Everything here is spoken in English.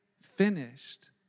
finished